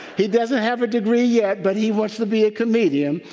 he doesn't have a degree yet, but he wants to be a comedian.